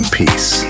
peace